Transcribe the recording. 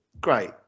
Great